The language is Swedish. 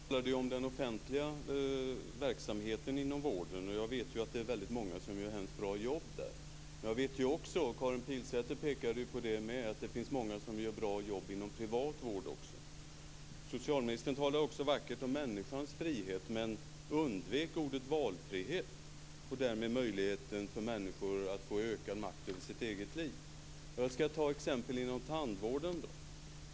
Fru talman! Socialministern talade om den offentliga verksamheten inom vården. Jag vet att många gör ett väldigt bra jobb där. Men som även Karin Pilsäter pekade på finns det många som gör ett bra jobb också inom privat vård. Socialministern talade också vackert om människans frihet men undvek ordet valfrihet, som ger möjlighet för människor att få ökad makt över sina egna liv. Låt mig ta ett exempel fram tandvården.